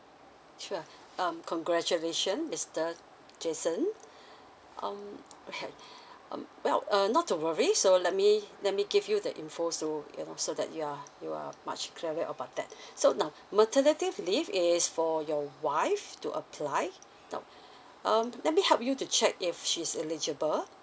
sure um congratulations mister Jason um perhaps um well uh not to worry so let me let me give you the info so you know so that you are you are much clearer about that so now maternity leave is for your wife to apply now um let me help you to check if she's eligible